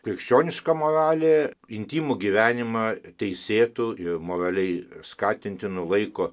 krikščioniška moralė intymų gyvenimą teisėtu ir moraliai skatintinu laiko